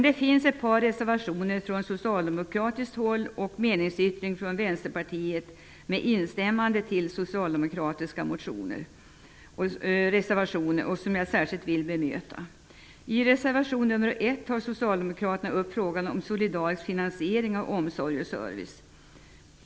Det finns ett par socialdemokratiska reservationer och en meningsyttring från Vänsterpartiet med instämmande i socialdemokratiska reservationer som jag särskilt vill bemöta. I reservation nr 1 tar socialdemokraterna upp frågan om solidarisk finansiering av omsorg och service.